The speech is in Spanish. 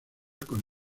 con